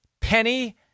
penny